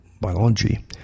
biology